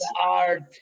art